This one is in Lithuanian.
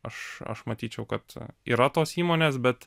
aš aš matyčiau kad yra tos įmonės bet